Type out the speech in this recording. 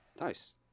Nice